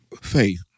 faith